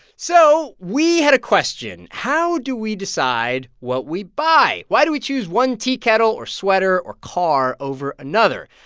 so we had a question. how do we decide what we buy? why do we choose one teakettle teakettle or sweater or car over another?